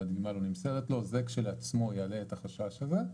והדגימה לא נמסרת לו זה כשלעצמו יעלה את החשש הזה,